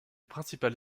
principal